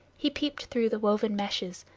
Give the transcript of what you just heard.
he peeped through the woven meshes,